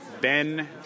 Ben